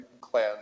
clan